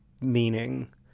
meaning